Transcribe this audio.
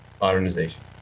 modernization